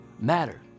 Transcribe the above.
matter